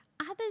Others